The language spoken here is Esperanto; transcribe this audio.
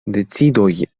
decidoj